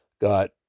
got